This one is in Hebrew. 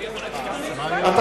אני יכול להגיב, אדוני?